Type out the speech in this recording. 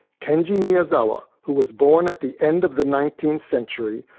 kenji miyazawa, who was born at the end of the nineteenth century,